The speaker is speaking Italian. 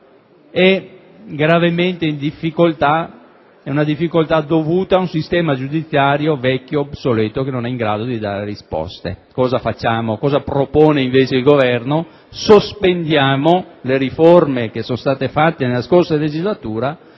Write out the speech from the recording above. è gravemente in difficoltà. Si tratta di una difficoltà dovuta a un sistema giudiziario vecchio, obsoleto, che non è in grado di dare risposte. Cosa facciamo? Cosa propone invece il Governo? Propone di sospendere le riforme approvate nella scorsa legislatura,